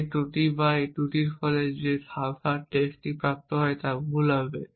এই ত্রুটি বা এই ত্রুটির ফলে যে সাইফার টেক্সট প্রাপ্ত হয় তা ভুল হবে